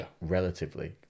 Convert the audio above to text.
relatively